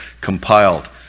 compiled